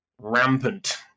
rampant